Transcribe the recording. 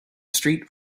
street